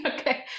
Okay